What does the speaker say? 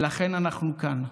ולכן אנחנו כאן.